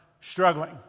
struggling